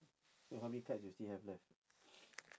so how many cards you still have left